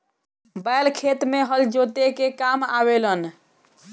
बैल खेत में हल जोते के काम आवे लनअ